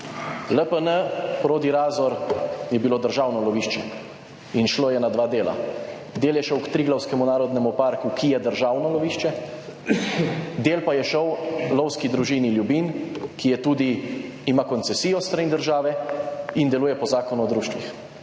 LPN, Prodirazor je bilo državno lovišče in šlo je na dva dela. Del je šel k Triglavskemu narodnemu parku, ki je državno lovišče, del pa je šel Lovski družini Ljubinj, ki tudi ima koncesijo s strani države in deluje po Zakonu o društvih.